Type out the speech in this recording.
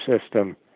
system